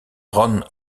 ron